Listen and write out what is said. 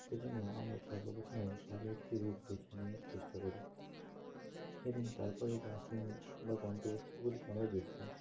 সেই জন্য আমরা সর্বপ্রথমেই ভালো একটি রুট বেছে নেওয়ার চেষ্টা করি এবং তার পরেই বাইকিং বা গন্তব্যস্থলগুলিকে আমরা বেছে নিই